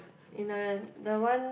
in the the one